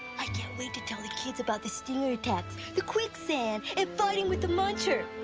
i can't wait to tell the kids about the stinger attacks. the quicksand and fighting with the muncher!